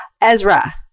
Ezra